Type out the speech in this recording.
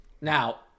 now